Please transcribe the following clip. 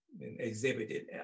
exhibited